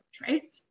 right